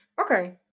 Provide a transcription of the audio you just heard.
Okay